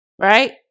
Right